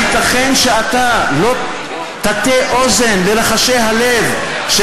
הייתכן שאתה לא תטה אוזן לרחשי הלב של